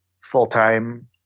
full-time